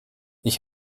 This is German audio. ich